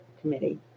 committee